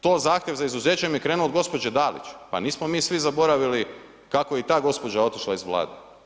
To zahtjev za izuzećem je krenuo od gospođe Dalić, pa nismo mi svi zaboravili kako je i ta gospođa otišla iz Vlade.